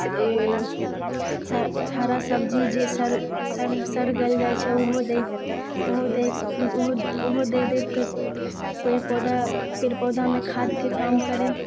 सारा सब्जी जे सड़ गल जाय छै उहो दै ओहो दै ओहो दै ओहो दै दैत पेड़ पौधा पेड़ पौधामे खाद्यके काम करै